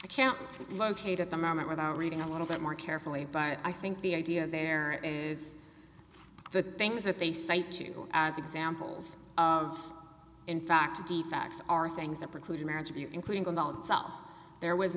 i can't locate at the moment without reading a little bit more carefully but i think the idea there is the things that they say to you as examples of in fact the facts are things that preclude a marriage of you including self there was